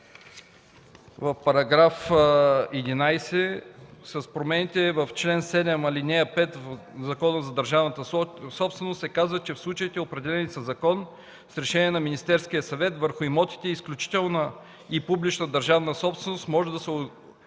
в § 11 с промените в чл. 7, ал. 5 в Закона за държавната собственост се казва, че в случаите определени със закон с решение на Министерския съвет върху имотите изключителна и публична държавна собственост може да се учредяват